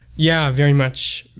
yeah, very much.